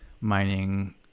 mining